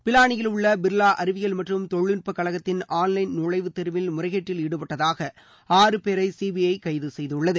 பிலானியில் உள்ள பிர்வா அறிவியல் மற்றும் தொழில்நுட்பக் கழகத்தின் ஆன்லைன் நுழைவுத் தேர்வில் முறைகேட்டில் ஈடுபட்டதாக ஆறு பேரை சிபிஐ கைது செய்துள்ளது